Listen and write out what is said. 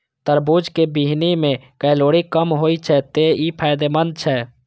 तरबूजक बीहनि मे कैलोरी कम होइ छै, तें ई फायदेमंद छै